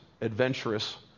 adventurous